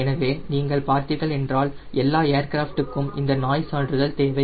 எனவே நீங்கள் பார்த்தீர்கள் என்றால் எல்லா ஏர்கிராஃப்ட் க்கும் இந்த நாய்ஸ் சான்றிதழ் தேவை